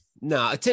No